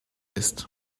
ist